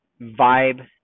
vibe